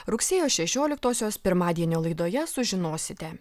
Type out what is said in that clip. rugsėjo šešioliktosios pirmadienio laidoje sužinosite